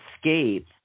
escape